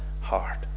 heart